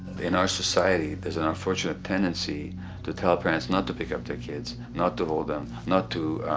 in our society, there is an unfortunate tendency to tell parents not to pick up their kids, not to hold them, not to